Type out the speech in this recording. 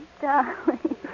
darling